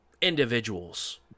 individuals